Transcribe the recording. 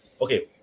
okay